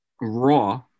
raw